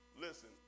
Listen